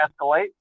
escalate